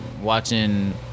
watching